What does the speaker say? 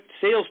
sales